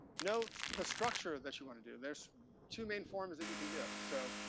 know the structure that you wanna do. there's two main forms that you can do. so,